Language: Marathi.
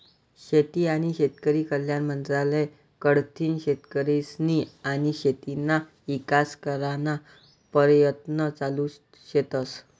शेती आनी शेतकरी कल्याण मंत्रालय कडथीन शेतकरीस्नी आनी शेतीना ईकास कराना परयत्न चालू शेतस